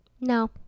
No